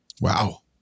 Wow